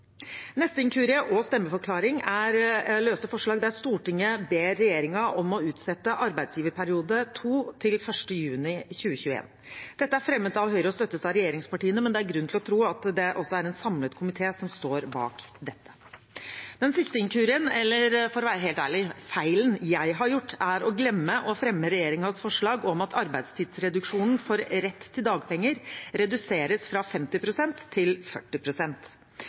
Neste inkurie og stemmeforklaring gjelder løse forslag der Stortinget ber regjeringen om å utsette arbeidsgiverperiode II til 1. juni 2021. Dette er fremmet av Høyre og støttes av regjeringspartiene, men det er grunn til å tro at det også er en samlet komité som står bak dette. Den siste inkurien – eller for å være helt ærlig: feilen – jeg har gjort, er å glemme å fremme regjeringens forslag om at arbeidstidsreduksjonen for rett til dagpenger reduseres fra 50 pst. til